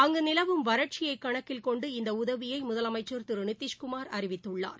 அங்கு நிலவும் வறட்சியை கணக்கில் கொண்டு இந்த உதவியை முதலமைச்சர் திரு நிதிஷ் குமார் அறிவித்துள்ளார்